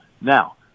Now